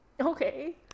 Okay